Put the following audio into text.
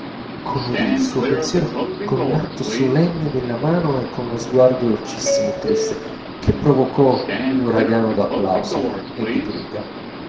colorì il suo pensiero con un atto solenne della mano e con uno sguardo dolcissimo e triste che provocò un uragano d'applausi e di grida